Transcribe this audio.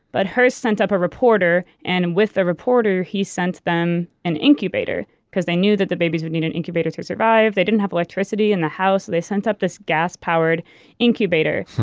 but hearst sent up a reporter and with the reporter, he sent them an incubator because they knew that the babies would need an incubator to survive. they didn't have electricity in the house, they sent up this gas-powered incubator.